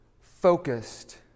focused